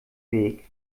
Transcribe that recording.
weg